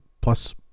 plus